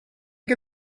get